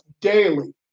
daily